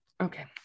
Okay